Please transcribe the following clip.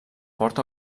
port